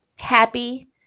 happy